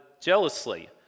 jealously